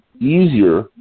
easier